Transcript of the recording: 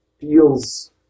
feels